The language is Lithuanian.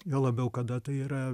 juo labiau kada tai yra